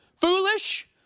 foolish